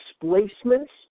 displacements